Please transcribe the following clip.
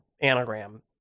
anagram